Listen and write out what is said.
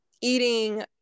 eating